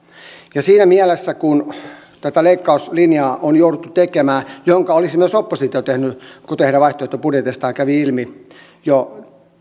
ja siinä mielessä kun tätä leikkauslinjaa on jouduttu tekemään jonka olisi myös oppositio tehnyt kuten heidän vaihtoehtobudjeteistaan kävi ilmi myös jo